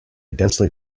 densely